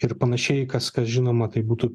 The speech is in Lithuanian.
ir panašiai kas kas žinoma kaip būtų